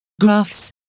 graphs